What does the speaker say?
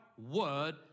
word